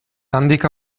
handik